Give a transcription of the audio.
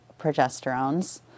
progesterones